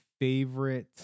favorite